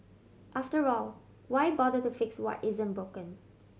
after all why bother to fix what isn't broken